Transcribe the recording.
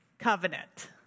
covenant